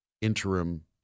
interim